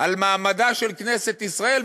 על מעמדה של כנסת ישראל?